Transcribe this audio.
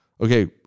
Okay